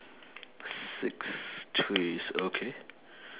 six trees okay